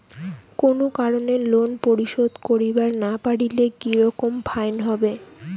কোনো কারণে লোন পরিশোধ করিবার না পারিলে কি রকম ফাইন হবে?